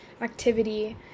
activity